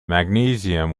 magnesium